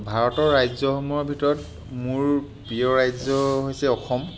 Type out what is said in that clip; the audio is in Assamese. ভাৰতৰ ৰাজ্যসমূহৰ ভিতৰত মোৰ প্ৰিয় ৰাজ্য হৈছে অসম